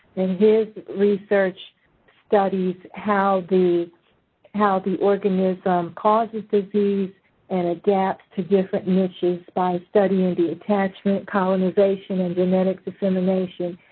and his research studies how the how the organism causes disease and adapts to different niches by studying the attachment, colonization, and genetic dissemination,